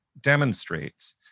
demonstrates